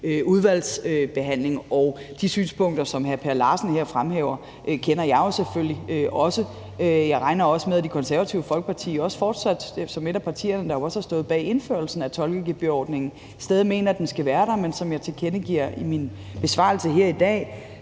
udvalgsbehandling. De synspunkter, som hr. Per Larsen her fremhæver, kender jeg jo selvfølgelig også. Jeg regner også med, at Det Konservative Folkeparti som et af partierne, der jo har stået bag indførelsen af tolkegebyrordningen, stadig mener, at den skal være der. Men som jeg tilkendegiver i min besvarelse her i dag,